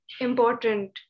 important